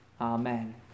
Amen